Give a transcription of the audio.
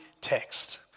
text